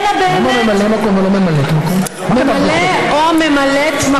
למה ממלא מקום ולא ממלאת מקום?